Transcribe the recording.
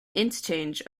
interchange